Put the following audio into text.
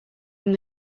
from